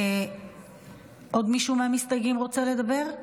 עוד מישהו מהמסתייגים רוצה לדבר?